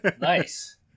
Nice